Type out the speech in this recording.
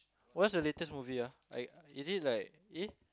what's the latest movie ah I is it like eh